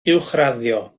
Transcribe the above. uwchraddio